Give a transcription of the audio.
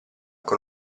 con